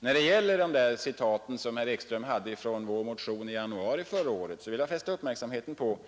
När det gäller de citat herr Ekström anförde ur vår motion från januari förra året vill jag fästa uppmärksamheten på